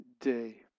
day